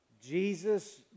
Jesus